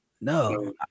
No